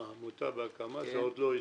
אה, עמותה בהקמה זה עוד לא ייצוג.